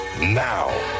Now